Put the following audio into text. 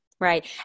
right